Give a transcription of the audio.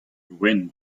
loen